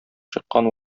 чыккан